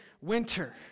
winter